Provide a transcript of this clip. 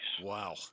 Wow